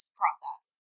process